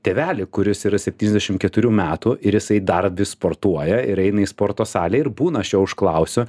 tėvelį kuris yra septyniasdešim keturių metų ir jisai dar vis sportuoja ir eina į sporto salę ir būna aš jo užklausiu